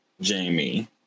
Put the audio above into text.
Jamie